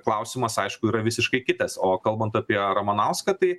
klausimas aišku yra visiškai kitas o kalbant apie ramanauską tai